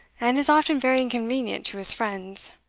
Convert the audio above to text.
and is often very inconvenient to his friends.